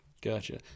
Gotcha